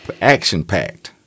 action-packed